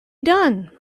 done